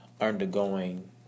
undergoing